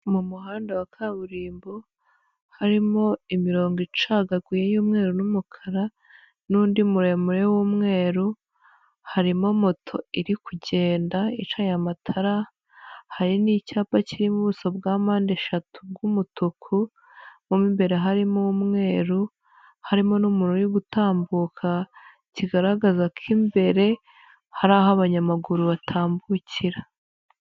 Mu muhanda wa kaburimbo harimo imirongo icagaguye y'umweru n'umukara n'undi muremure w'umweru. Harimo moto iri kugenda icanye amatara, hari n'icyapa kirimo ubuso bwa mpande eshatu bw'umutuku. Mo imbere harimo umweru, harimo n'umuriro uri gutambuka kigaragaza ko imbere hari aho abanyamaguru batambukira.